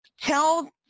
Tell